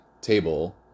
table